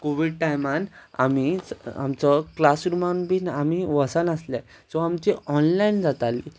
Covid टायमान आमी आमचो क्लासरूमान बीन आमी वचनासले सो आमची ऑनलायन जाताली